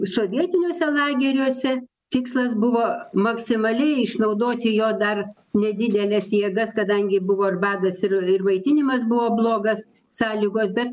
sovietiniuose lageriuose tikslas buvo maksimaliai išnaudoti jo dar nedideles jėgas kadangi buvo ir badas ir ir maitinimas buvo blogas sąlygos bet